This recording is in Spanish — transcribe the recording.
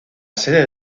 sede